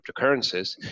cryptocurrencies